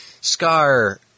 Scar